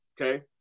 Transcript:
Okay